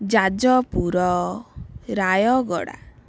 Jajpur Rayagada